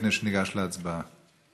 לפני שניגש להצבעה.